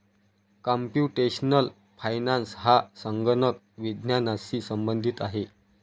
computational finance हा संगणक विज्ञानाशी संबंधित आहे